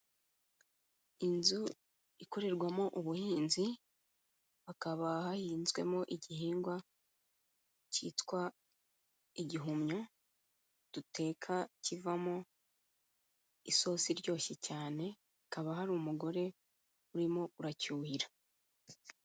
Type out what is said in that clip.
Inzu ikorerwamo ubuhinzi, hakaba hahinzwemo igihingwa cyitwa igihumyo duteka kivamo isosi iryoshye cyane, hakaba hari umugore urimo uracyuhira.